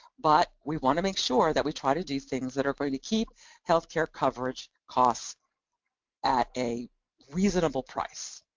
but we want to make sure that we try to do things that are going to keep healthcare coverage costs at a reasonable price.